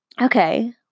okay